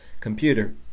computer